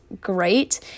great